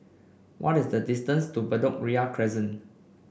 what is the distance to Bedok Ria Crescent